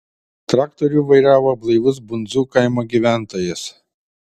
traktorių vairavo blaivus bundzų kaimo gyventojas